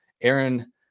Aaron